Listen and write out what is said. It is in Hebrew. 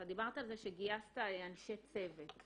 אתה דיברת על זה שגייסת אנשי צוות,